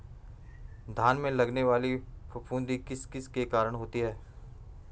धान में लगने वाली फफूंदी किस किस के कारण होती है?